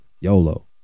Yolo